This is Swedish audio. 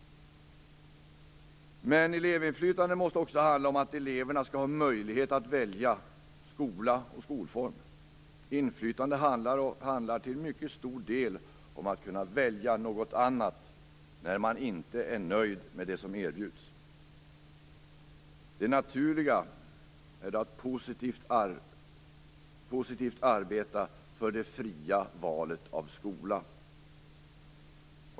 Men elevinflytande måste också handla om att eleverna skall ha möjlighet att välja skola och skolform. Inflytande handlar till mycket stor del om att kunna välja något annat när man inte är nöjd med det som erbjuds. Det naturliga är att positivt arbeta för det fria valet av skola.